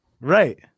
Right